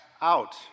out